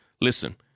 Listen